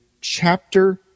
chapter